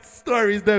stories